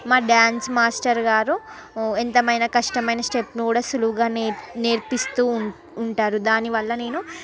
మా dance master గారు ఎంత అయినా కష్టమైన స్టెప్ని కూడా సులువుగా నేర్ నేర్పిస్తూ ఉం ఉంటారు దానివల్ల నేను